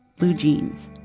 blue jeans.